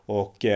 och